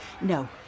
No